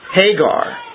Hagar